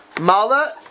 Mala